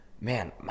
Man